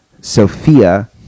Sophia